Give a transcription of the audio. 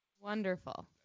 Wonderful